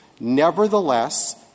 Nevertheless